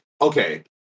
Okay